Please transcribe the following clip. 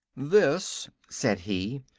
this, said he,